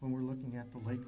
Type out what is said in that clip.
when we're looking at the lake